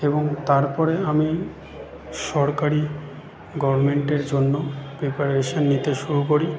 এবং তারপরে আমি সরকারি গরমেন্টের জন্য প্রিপারেশান নিতে শুরু করি